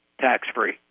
tax-free